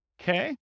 Okay